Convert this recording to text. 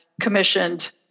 commissioned